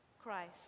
Christ